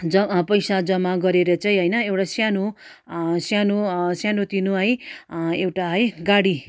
ज पैसा जमा गरेर चाहिँ होइन एउटा सानो सानो सानोतिनो है एउटा है गाडी